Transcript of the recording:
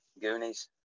Goonies